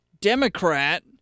Democrat